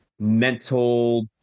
mental